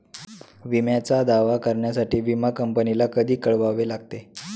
विम्याचा दावा करण्यासाठी विमा कंपनीला कधी कळवावे लागते?